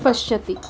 पश्यति